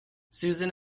susan